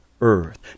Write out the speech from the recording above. earth